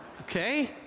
okay